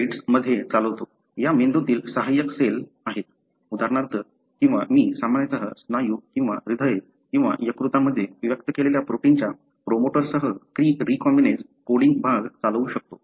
या ऍनिमलंतील सहाय्यक सेल आहेत उदाहरणार्थ किंवा मी सामान्यत स्नायू किंवा हृदय किंवा यकृतामध्ये व्यक्त केलेल्या प्रोटीनच्या प्रमोटरसह क्री रीकॉम्बिनेज कोडिंग भाग चालवू शकतो